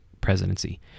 presidency